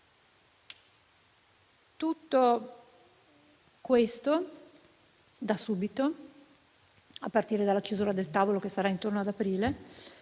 Tutto questo da subito, a partire dalla chiusura del tavolo, che avverrà intorno al mese